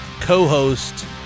co-host